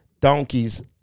donkeys